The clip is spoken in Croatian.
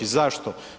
Zašto?